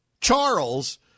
Charles